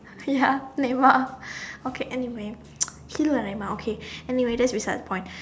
ya Neymar okay anyway he look like Neymar okay anyway that is beside the point